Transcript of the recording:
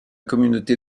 communauté